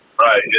Right